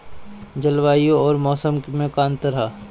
जलवायु अउर मौसम में का अंतर ह?